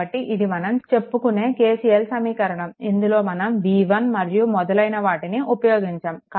కాబట్టి ఇది మనం చెప్పుకునే KCL సమీకరణం ఇందులో మనం v1 మరియు మొదలైన వాటిని ఉపయోగించాము